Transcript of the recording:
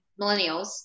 millennials